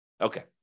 Okay